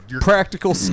practical